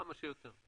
כמה שיותר.